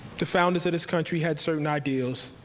the founders of this country had certain ideals.